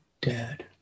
dead